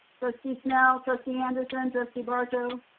trustee snell, trustee anderson, and trustee barto?